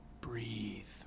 Breathe